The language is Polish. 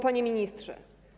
Panie Ministrze!